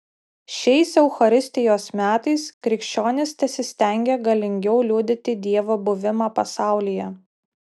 šiais eucharistijos metais krikščionys tesistengia galingiau liudyti dievo buvimą pasaulyje